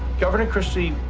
governor christie,